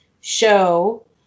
show